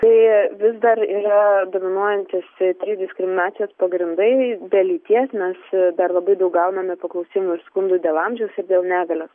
tai vis dar yra dominuojantys diskriminacijos pagrindai dėl lyties mes dar labai daug gauname paklausimų ir skundų dėl amžiaus ir dėl negalios